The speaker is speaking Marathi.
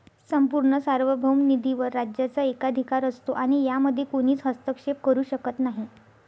संपूर्ण सार्वभौम निधीवर राज्याचा एकाधिकार असतो आणि यामध्ये कोणीच हस्तक्षेप करू शकत नाही